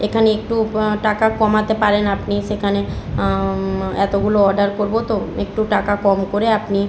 এখানে একটু টাকা কমাতে পারেন আপনি সেখানে এতগুলো অর্ডার করব তো একটু টাকা কম করে আপনি